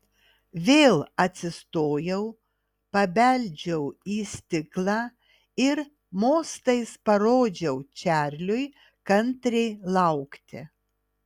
vėl atsistojau pabeldžiau į stiklą ir mostais parodžiau čarliui kantriai laukti